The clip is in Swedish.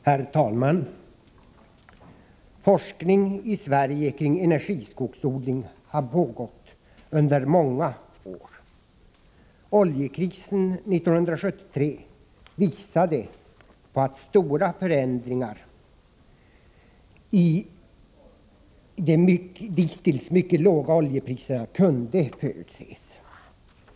Herr talman! Forskning i Sverige kring energiskogsodling har pågått under många år. Oljekrisen 1973 visade att stora förändringar i de dittills mycket låga oljepriserna kunde förutses.